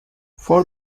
for